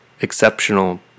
exceptional